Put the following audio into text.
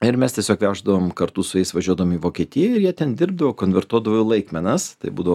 ir mes tiesiog veždavom kartu su jais važiuodavom į vokietiją ir jie ten dirbdavo konvertuodavo į laikmenas tai būdavo